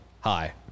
hi